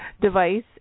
device